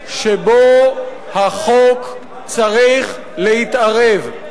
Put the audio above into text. זה הזמן שבו החוק צריך להתערב.